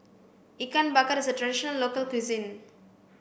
ikan bakar is a traditional local cuisine